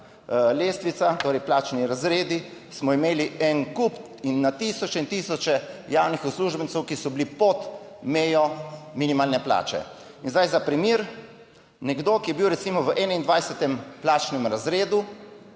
lestvica, torej plačni razredi, smo imeli en kup in na tisoče in tisoče javnih uslužbencev, ki so bili pod mejo minimalne plače. In zdaj za primer, nekdo, ki je bil recimo v 21. plačnem razredu,